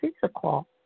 physical